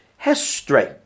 History